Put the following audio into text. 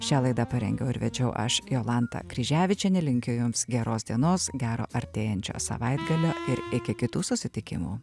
šią laidą parengiau ir vedžiau aš jolanta kryževičienė linkiu joms geros dienos gero artėjančio savaitgalio ir iki kitų susitikimų